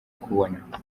kubona